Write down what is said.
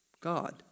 God